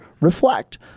reflect